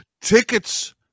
Tickets